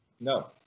No